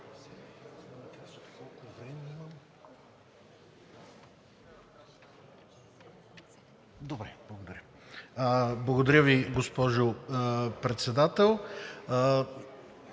Благодаря Ви, госпожо Председател.